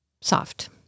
Soft